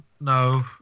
no